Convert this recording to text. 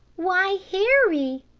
why, harry,